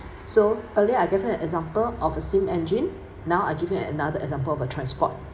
so earlier I give you an example of a steam engine now I'll give you another example of a transport